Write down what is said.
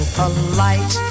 polite